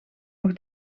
nog